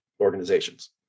organizations